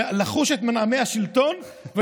לחוש את מנעמי השלטון.